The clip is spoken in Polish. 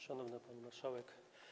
Szanowna Pani Marszałek!